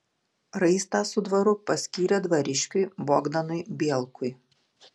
raistą su dvaru paskyrė dvariškiui bogdanui bielkui